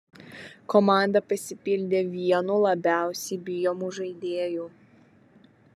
komanda pasipildė vienu labiausiai bijomų žaidėjų